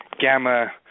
gamma